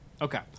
Okay